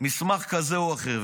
מסמך כזה או אחר.